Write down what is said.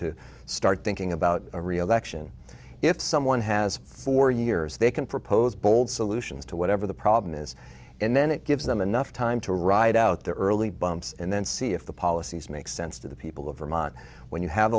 to start thinking about a reelection if someone has four years they can propose bold solutions to whatever the problem is and then it gives them enough time to ride out the early bumps and then see if the policies make sense to the people of vermont when you have